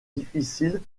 difficile